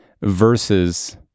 Versus